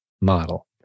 model